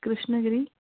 Krishnagiri